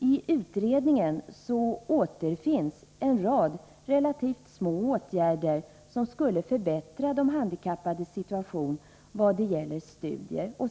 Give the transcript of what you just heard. I utredningen återfinns en rad relativt små åtgärder som skulle förbättra de handikappades situation vad gäller studier.